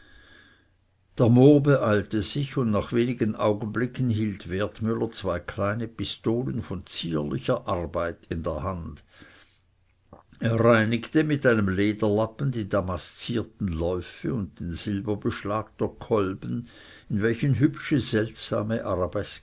beeilte sich und nach wenigen augenblicken hielt wertmüller zwei kleine pistolen von zierlicher arbeit in der hand er reinigte mit einem lederlappen die damaszierten läufe und den silberbeschlag der kolben in welchen hübsche seltsame